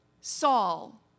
Saul